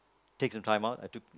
take some time out